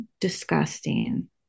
disgusting